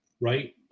right